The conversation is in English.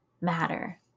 Matter